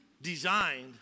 designed